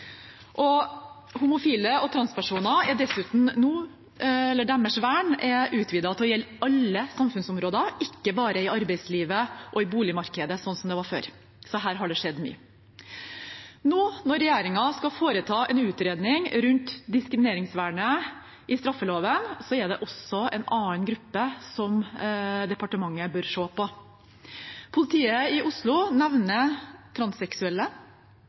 og homofile og transpersoners vern er dessuten nå utvidet til å gjelde alle samfunnsområder, ikke bare i arbeidslivet og i boligmarkedet, slik det var før. Så her har det skjedd mye. Når regjeringen nå skal foreta en utredning av diskrimineringsvernet i straffeloven, er det også en annen gruppe departementet bør se på. Politiet i Oslo nevner transseksuelle,